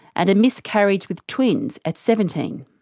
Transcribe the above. and a miscarriage with twins at seventeen.